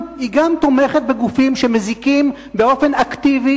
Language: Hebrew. היא גם תומכת בגופים שמזיקים באופן אקטיבי,